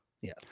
Yes